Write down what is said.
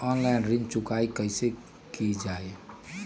Online ऋण चुकाई कईसे की ञाई?